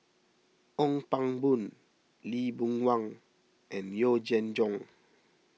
Ong Pang Boon Lee Boon Wang and Yee Jenn Jong